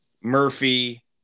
Murphy